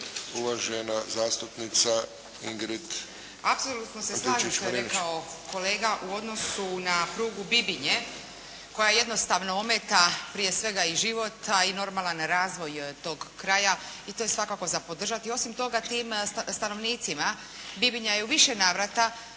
uvažena zastupnica Ingrid Antičević-Marinović.